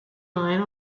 line